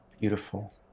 Beautiful